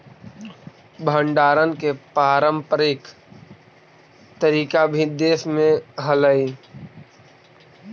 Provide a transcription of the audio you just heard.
भण्डारण के पारम्परिक तरीका भी देश में हलइ